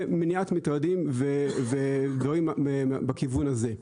ומניעת מטרדים ודברים בכיוון הזה.